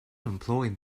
employed